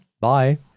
Bye